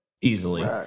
easily